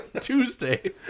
Tuesday